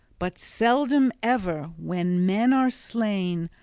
but seldom ever when men are slain,